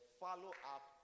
follow-up